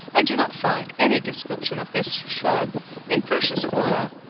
i do not find any description of this shrub in pursh's flora,